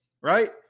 right